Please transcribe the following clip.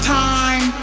time